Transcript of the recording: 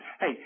Hey